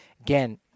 again